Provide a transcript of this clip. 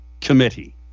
Committee